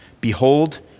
Behold